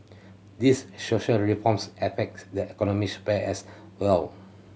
these social reforms affect the economic sphere as well